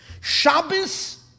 Shabbos